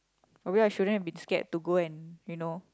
probably I shouldn't have been scared to go and you know